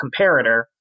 comparator